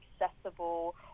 accessible